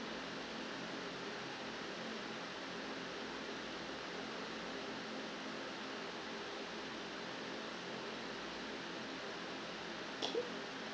K